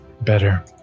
Better